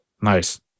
Nice